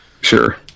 Sure